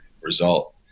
result